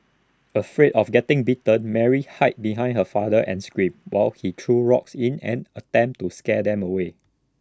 afraid of getting bitten Mary hide behind her father and screamed while he threw rocks in an attempt to scare them away